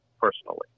personally